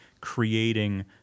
Creating